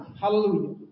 hallelujah